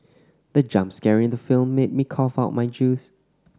the jump scare in the film made me cough out my juice